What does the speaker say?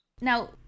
Now